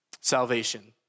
salvation